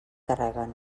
carreguen